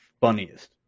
funniest